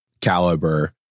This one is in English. caliber